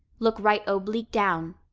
look right oblique down,